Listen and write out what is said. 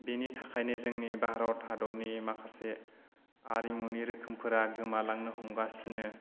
बेनि थाखायनो जोंनि भारत हादरनि माखासे आरिमुनि रोखोमफोरा गोमालांनो हमगासिनो